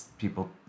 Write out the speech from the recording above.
People